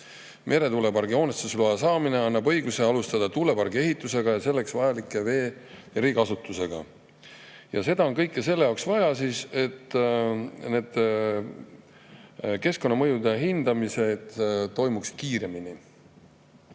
Meretuulepargi hoonestusloa saamine annab õiguse alustada tuulepargi ehitusega ja selleks vajaliku vee erikasutusega." Ja seda kõike on selle jaoks vaja, et keskkonnamõju hindamine toimuks kiiremini.